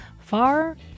far